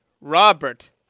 Robert